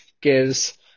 gives